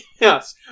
Yes